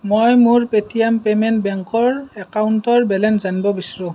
মই মোৰ Paytm payment বেংকৰ একাউণ্টৰ বেলেঞ্চ জানিব বিচাৰোঁ